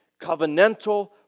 covenantal